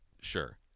sure